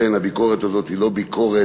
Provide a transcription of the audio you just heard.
הביקורת הזאת היא לא ביקורת